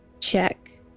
Check